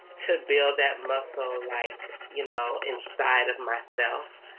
to build that muscle, like. you know, inside of myself.